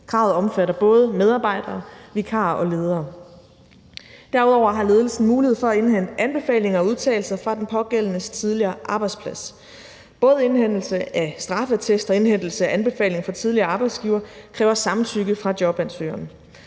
Kravet omfatter både medarbejdere, vikarer og ledere. Derudover har ledelsen mulighed for at indhente anbefalinger og udtalelser fra den pågældendes tidligere arbejdsplads. Både indhentelse af straffeattest og indhentelse af anbefalinger fra tidligere arbejdsgiver kræver samtykke fra jobansøgeren.